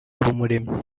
habumuremyi